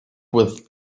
with